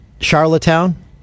Charlottetown